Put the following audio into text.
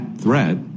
threat